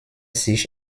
sich